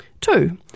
Two